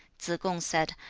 two. tsze-kung said,